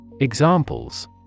Examples